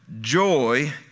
joy